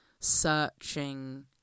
searching